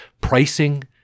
Pricing